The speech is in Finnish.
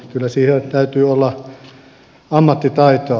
kyllä siihen täytyy olla ammattitaitoa